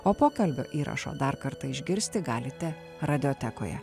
o pokalbio įrašą dar kartą išgirsti galite radijotekoje